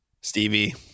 Stevie